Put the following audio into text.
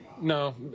no